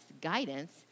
guidance